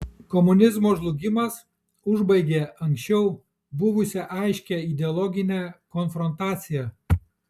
komunizmo žlugimas užbaigė anksčiau buvusią aiškią ideologinę konfrontaciją